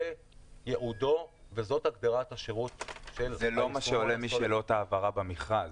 זה ייעודו וזו הגדרת השירות --- זה לא מה שעולה משאלות ההבהרה במכרז.